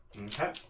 Okay